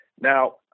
Now